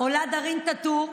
עולה דארין טאטור,